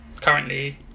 currently